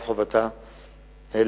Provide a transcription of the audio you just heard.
את חובתה לאכיפה.